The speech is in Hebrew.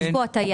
יש פה הטעיה.